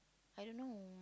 I don't know